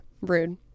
Rude